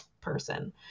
person